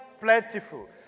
plentiful